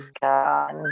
god